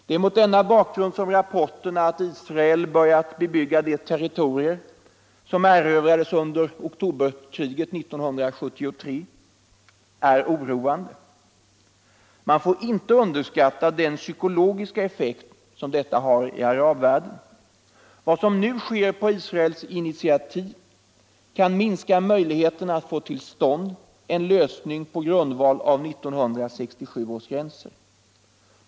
Det är mot denna bakgrund som rapporterna om att Israel börjat bebygga de territorier som erövrades under oktoberkriget 1973 är oroande. Man får inte underskatta den psykologiska effekt som detta har i arabvärlden. Vad som nu sker på Israels initiativ kan minska möjligheterna att få till stånd en lösning på grundval av 1967 års gränser.